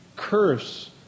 curse